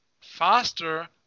faster